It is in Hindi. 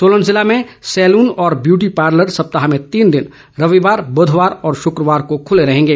सोलन जिले में सैलून और व्यूटी पार्लर सप्ताह में तीन दिन रविवार बुधवार और शुकवार को खुले रहेंगे